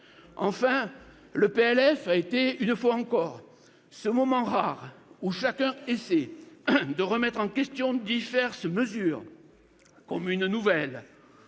Enfin, le PLF a été, une fois encore, ce moment rare où chacun essaie de remettre en question diverses mesures : communes nouvelles,